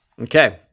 Okay